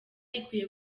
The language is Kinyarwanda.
ikwiye